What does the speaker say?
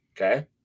Okay